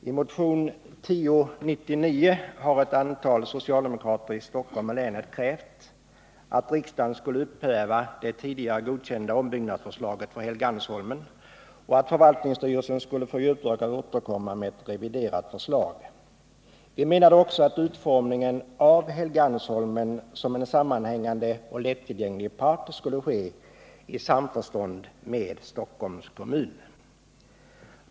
Herr talman! I motionen 1099 har socialdemokrater i Stockholm och Stockholms län krävt att riksdagen skall upphäva det tidigare godkända ombyggnadsförslaget för Helgeandsholmen och att förvaltningsstyrelsen skall få i uppdrag att återkomma med ett reviderat förslag. Vi menade också att utformningen av Helgeandsholmen som en sammanhängande och lättillgänglig park skulle ske i samförstånd med Stockholms kommun.